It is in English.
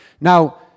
Now